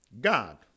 God